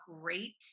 great